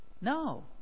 no